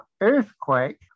earthquake